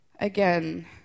Again